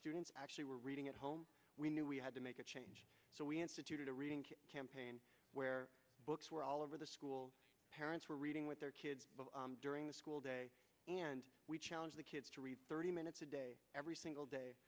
students actually were reading at home we knew we had to make a change so we instituted a reading campaign where books were all over the schools parents were reading with their kids during the school day and we challenged the kids to read thirty minutes a day every single day